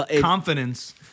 confidence